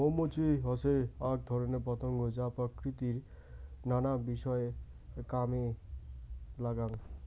মৌ মুচি হসে আক ধরণের পতঙ্গ যা প্রকৃতির নানা বিষয় কামে লাগাঙ